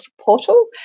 portal